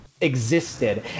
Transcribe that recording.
Existed